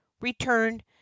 returned